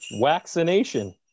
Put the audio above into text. vaccination